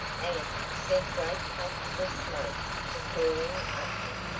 and sent great puffs of smoke curling upward.